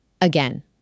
again